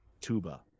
tuba